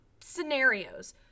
scenarios